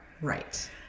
right